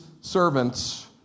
servants